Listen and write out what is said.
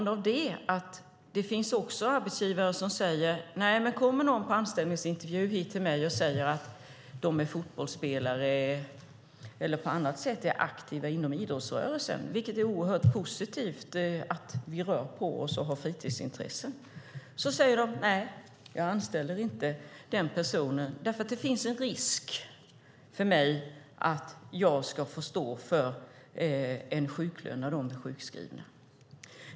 Det finns också arbetsgivare som säger: Kommer någon hit till mig på anställningsintervju och är fotbollsspelare eller på annat sätt aktiv inom idrottsrörelsen - det är oerhört positivt att vi rör på oss och har fritidsintressen - anställer jag inte den personen, eftersom det finns en risk att jag ska få stå för sjuklön när personen är sjukskriven.